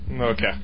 Okay